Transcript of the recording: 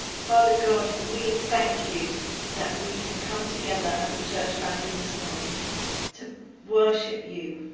father god, we thank you that we can come together as a church family this morning to worship you,